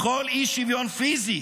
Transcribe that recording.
בכל אי-שוויון פיזי